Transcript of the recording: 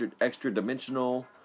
extra-dimensional